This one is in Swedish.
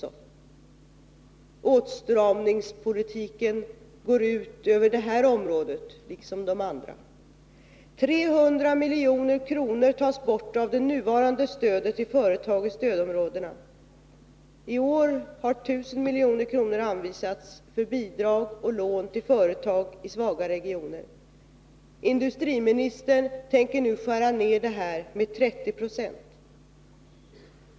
Åtstramningspolitiken går ut över detta område liksom över de andra. 300 milj.kr. tas bort av det nuvarande stödet till företag i stödområdena. I år har 1 000 milj.kr. anvisats för bidrag till lån till företag i svaga regioner. Industriministern tänker nu skära ned detta med 30 26.